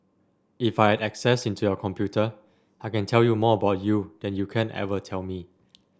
if I had access into your computer I can tell you more about you than you can ever tell me